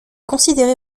considéré